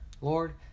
Lord